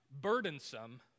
burdensome